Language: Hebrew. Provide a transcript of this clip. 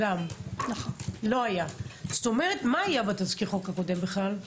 מה היה בכלל בתזכיר החוק הקודם?